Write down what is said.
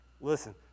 Listen